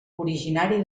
originari